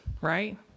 right